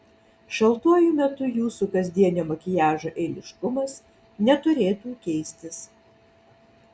šaltuoju metu jūsų kasdienio makiažo eiliškumas neturėtų keistis